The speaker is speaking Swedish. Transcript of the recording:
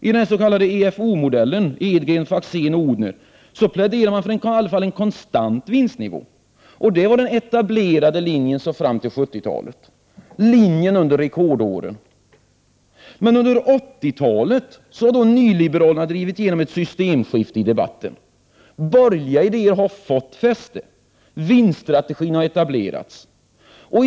I den s.k. EFO-modellen pläderade man i alla fall för en konstant vinstnivå. Det var den etablerade linjen under de s.k. rekordåren fram till 1970-talet. Under 1980-talet drev nyliberalerna igenom ett systemskifte i debatten. Borgerliga idéer fick fäste och vinststrategin etablerades.